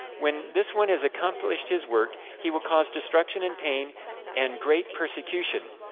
when this one has accomplished his work. he will cause destruction and pain and great persecution.